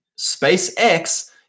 SpaceX